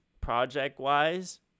project-wise